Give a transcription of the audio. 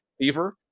fever